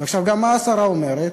ועכשיו גם מה השרה אומרת,